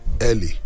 early